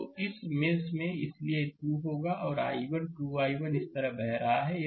तो इस मेष में इसलिए यह 2 होगा और i1 इस 2 i1 की तरह बह रहा है